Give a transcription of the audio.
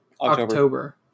October